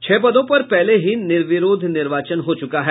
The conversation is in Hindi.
छह पदों पर पहले ही निर्विरोध निर्वाचन हो चुका है